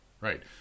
Right